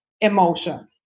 emotion